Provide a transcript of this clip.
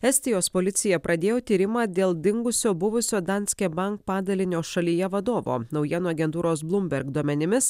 estijos policija pradėjo tyrimą dėl dingusio buvusio danske bank padalinio šalyje vadovo naujienų agentūros bloomberg duomenimis